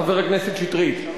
חבר הכנסת שטרית.